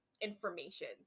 information